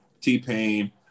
T-Pain